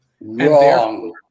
Wrong